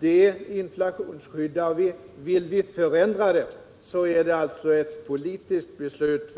Det inflationsskyddar vi. Vill vi förändra det är det alltså ett politiskt beslut